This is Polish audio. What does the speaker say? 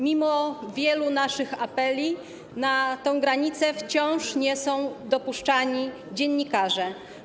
Mimo wielu naszych apeli na tę granicę wciąż nie są dopuszczani dziennikarze.